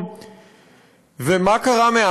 התוכנית,